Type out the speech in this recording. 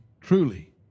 truly